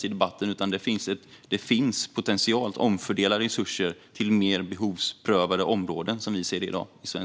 Som vi ser det bör resurserna i svensk kulturpolitik omfördelas till mer behovsprövade områden.